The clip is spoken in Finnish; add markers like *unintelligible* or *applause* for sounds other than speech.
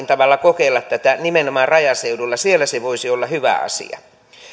*unintelligible* tavalla kokeilla tätä nimenomaan rajaseudulla siellä se voisi olla hyvä asia